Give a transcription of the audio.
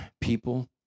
people